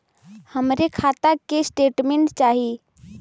हमरे खाता के स्टेटमेंट चाही?